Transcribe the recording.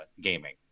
gaming